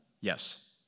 Yes